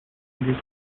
fingers